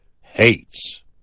hates